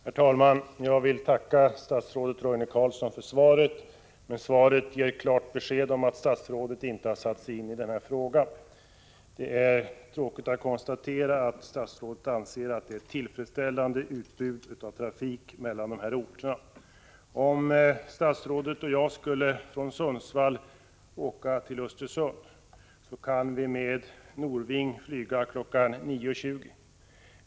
Herr talman! Jag vill tacka statsrådet Roine Carlsson för svaret, som emellertid ger klart besked om att statsrådet inte har satt sig in i frågan. Det är tråkigt att behöva konstatera att statsrådet anser att utbudet av trafik mellan dessa orter är tillfredsställande. Om statsrådet och jag skulle åka från Sundsvall till Östersund, kan vi med Norwing flyga kl. 9.20.